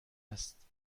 است